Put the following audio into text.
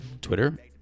Twitter